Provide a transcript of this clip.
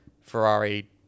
Ferrari